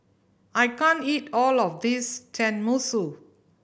I can't eat all of this Tenmusu